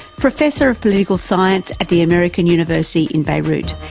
professor of political science at the american university in beirut,